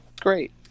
great